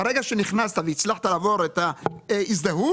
ברגע שנכנסת והצלחת לעבור את ההזדהות,